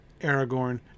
Aragorn